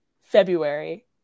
february